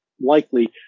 likely